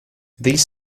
these